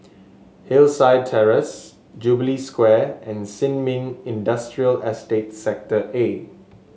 Hllside Terrace Jubilee Square and Sin Ming Industrial Estate Sector A